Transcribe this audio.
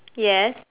yes